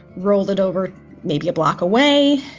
rolled it over maybe a block away,